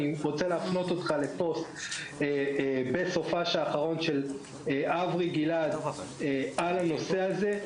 אני רוצה להפנות אותך לפוסט בסופ"ש האחרון של אברי גלעד לגבי הנושא הזה.